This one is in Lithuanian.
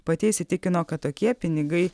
pati įsitikino kad tokie pinigai